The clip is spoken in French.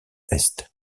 est